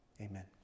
Amen